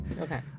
okay